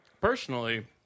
personally